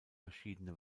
verschiedene